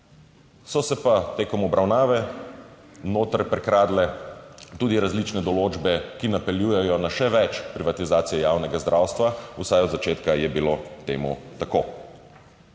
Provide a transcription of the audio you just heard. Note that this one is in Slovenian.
So se pa tekom obravnave noter prikradle tudi različne določbe, ki napeljujejo na še več privatizacije javnega zdravstva - vsaj od začetka je bilo temu tako.